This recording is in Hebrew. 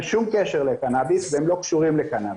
שום קשר לקנאביס והם לא קשורים לקנאביס.